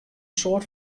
soad